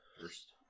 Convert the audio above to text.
first